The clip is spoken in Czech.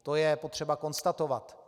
To je potřeba konstatovat.